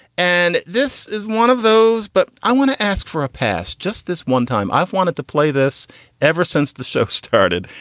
and this is one of those. but i want to ask for a pass just this one time. i've wanted to play this ever since the show started,